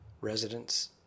Residents